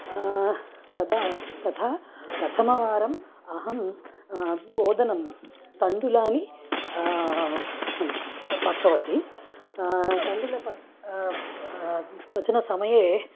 तदा तथा प्रथमवारं अहं ओदनं तण्डुलानि प पक्तवती तण्डुल पक् पचनसमये